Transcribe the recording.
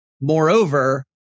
Moreover